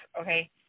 okay